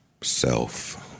self